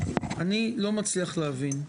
אני לא מצליח להבין,